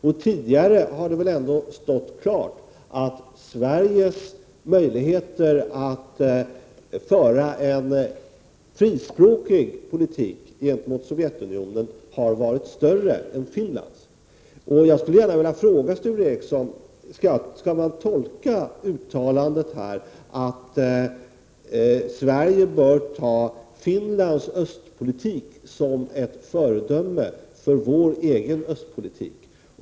Och tidigare har det väl ändå stått klart att Sveriges möjligheter att föra en frispråkig politik gentemot Sovjetunionen har varit större än Finlands. Jag vill ställa en fråga till Sture Ericson: Skall man tolka uttalandet som att Sverige bör ta Finlands östpolitik som ett föredöme för sin egen östpolitik?